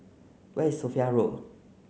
where is Sophia Road